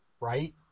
Right